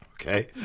Okay